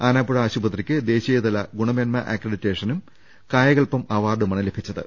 ആനാപ്പുഴ ആശുപത്രി ക്ക് ദേശീയതല ഗുണമേന്മാ അക്രഡിറ്റേഷനും കായകൽപം അവാർഡുമാണ് ലഭിച്ചത്